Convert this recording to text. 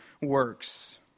works